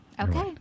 Okay